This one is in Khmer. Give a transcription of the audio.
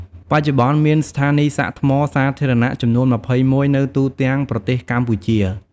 បច្ចុប្បន្ន មានស្ថានីយ៍សាកថ្មសាធារណៈចំនួន ២១ នៅទូទាំងប្រទេសកម្ពុជា។